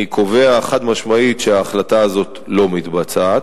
אני קובע חד-משמעית שההחלטה הזאת לא מתבצעת.